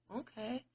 okay